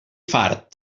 fart